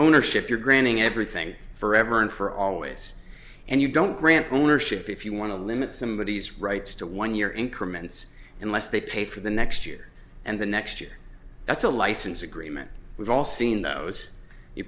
ownership you're granting everything forever and for always and you don't grant ownership if you want to limit somebodies rights to one year increments unless they pay for the next year and the next year that's a license agreement we've all seen those you